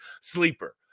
Sleeper